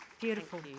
beautiful